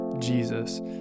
Jesus